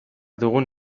dugun